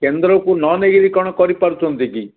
କେନ୍ଦ୍ରକୁ ନ ନେଇକିରି କ'ଣ କରିପାରୁଛନ୍ତି କି